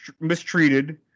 mistreated